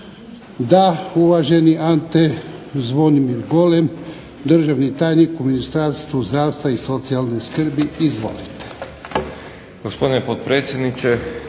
Da. Uvaženi Ante Zvonimir Golem, državni tajnik u Ministarstvu zdravstva i socijalne skrbi. Izvolite.